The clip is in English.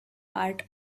part